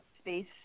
space